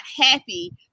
happy